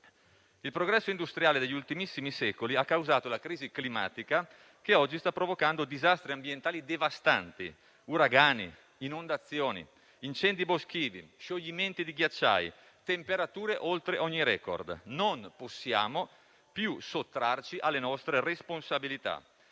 Il progresso industriale degli ultimissimi secoli ha causato la crisi climatica che oggi sta provocando disastri ambientali devastanti: uragani, inondazioni, incendi boschivi, scioglimenti di ghiacciai, temperature oltre ogni record. Non possiamo più sottrarci alle nostre responsabilità.